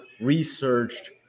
researched